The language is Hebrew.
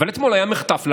אבל אתמול היה מחטף.